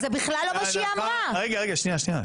זאת בחירה אישית שלהם.